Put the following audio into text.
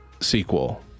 sequel